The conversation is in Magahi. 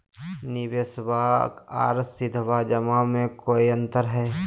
निबेसबा आर सीधका जमा मे कोइ अंतर हय?